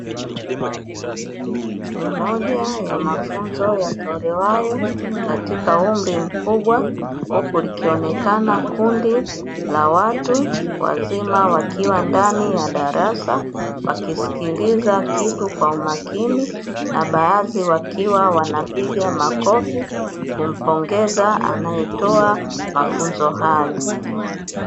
Ni moja ya mafunzo yatolewayo katika umri mkubwa, huku likionekana kundi la watu wazima wakiwa ndani ya darasa wakisikiliza kitu kwa umakini na baadhi wakiwa wanapiga makofi kumpongeza anayetoa mafunzo hayo.